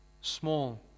small